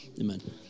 amen